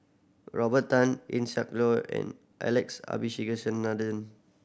Robert Tan Eng Siak Loy and Alex